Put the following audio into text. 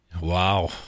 Wow